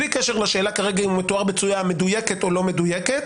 בלי קשר לשאלה כרגע אם הוא מתואר בצורה מדויקת או לא מדויקת,